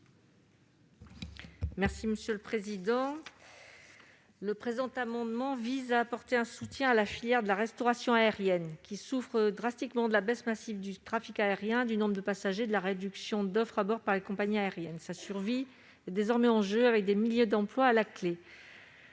Mme Florence Lassarade. Cet amendement vise à apporter un soutien à la filière de la restauration aérienne qui souffre drastiquement à la fois de la baisse massive du trafic aérien et du nombre de passagers et de la réduction d'offres à bord par les compagnies aériennes. Sa survie est désormais en jeu, avec des milliers d'emplois à la clé.